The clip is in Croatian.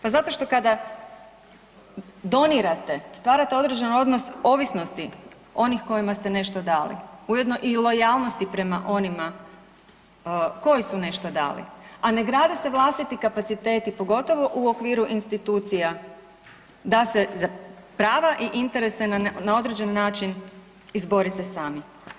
Pa zato što kada donirate stvarate određen odnos ovisnosti onih kojima ste nešto dali, ujedno i lojalnosti prema onima koji su nešto dali, a ne grade se vlastiti kapaciteti, pogotovo u okviru institucija da se za prava i interese na određen način izborite sami.